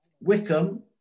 Wickham